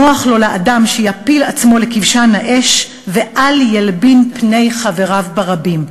נוח לו לאדם שיפיל עצמו לכבשן האש ואל ילבין פני חברו ברבים,